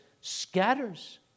scatters